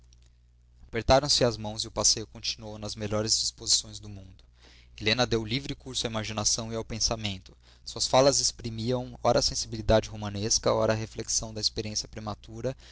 grosseiro apertaram-se as mãos e o passeio continuou nas melhores disposições do mundo helena deu livre curso à imaginação e ao pensamento suas falas exprimiam ora a sensibilidade romanesca ora a reflexão da experiência prematura